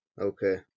Okay